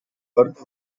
birth